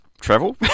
travel